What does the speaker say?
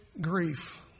grief